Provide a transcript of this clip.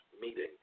meeting